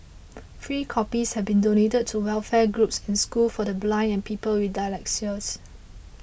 free copies have been donated to welfare groups and schools for the blind and people with dyslexia